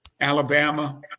Alabama